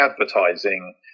advertising